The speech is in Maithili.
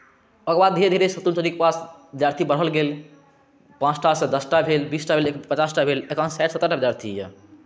ओकर बाद धीरे धीरे शत्रुघ्न चौधरीक पास विद्यार्थी बढ़ल गेल पाँचटासँ दसटा भेल बीसटा भेल पचासटा भेल तकर बाद साठि सत्तरिटा विद्यार्थी यए